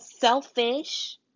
selfish